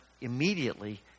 immediately